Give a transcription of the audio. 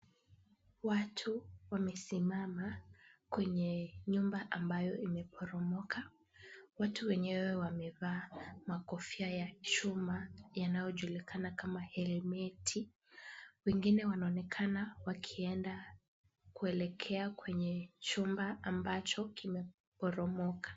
Watu wamesimama kwenye nyumba ambayo imeporomoka. Watu wenyewe wamevaa makofia ya chuma yanayojulikana kama helmeti . Wengine wanaonekana wakienda kuelekea kwenye chumba ambacho kimeporomoka.